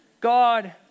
God